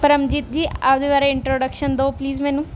ਪਰਮਜੀਤ ਜੀ ਆਪਦੇ ਬਾਰੇ ਇੰਟਰੋਡਕਸ਼ਨ ਦਿਓ ਪਲੀਜ਼ ਮੈਨੂੰ